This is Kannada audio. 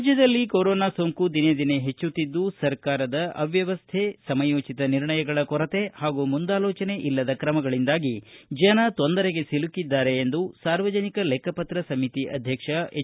ರಾಜ್ಯದಲ್ಲಿ ಕೊರೊನಾ ಸೋಂಕು ದಿನೇ ದಿನೇ ಹೆಚ್ಚುತ್ತಿದ್ದು ಸರ್ಕಾರದ ಅವ್ಹವಸ್ಟೆ ಸಮಯೋಚಿತ ನಿರ್ಣಯಗಳ ಕೊರತೆ ಹಾಗೂ ಮುಂದಾಲೋಚನೆ ಇಲ್ಲದ ಕ್ರಮಗಳಿಂದಾಗಿ ಜನ ತೊಂದರೆಗೆ ಸಿಲುಕಿದ್ದಾರೆ ಎಂದು ಸಾರ್ವಜನಿಕ ಲೆಕ್ಕಪತ್ರ ಸಮಿತಿ ಅಧ್ಯಕ್ಷ ಎಚ್